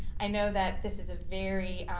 i know that this is a very